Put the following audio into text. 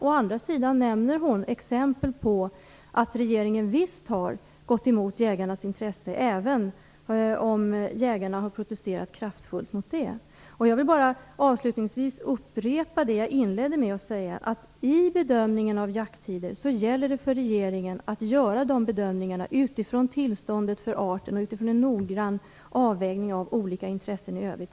Å andra sidan nämner hon exempel på att regeringen har gått emot jägarnas intresse, även om jägarna har protesterat kraftfullt mot det. Jag vill bara upprepa det jag inledde med att säga, nämligen att det gäller för regeringen att göra sina bedömningar av jakttider utifrån tillståndet för arten och utifrån en noggrann avvägning av olika intressen i övrigt.